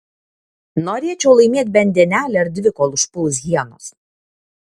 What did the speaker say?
norėčiau laimėt bent dienelę ar dvi kol užpuls hienos